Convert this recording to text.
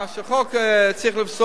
כשהחוק צריך להיפסל,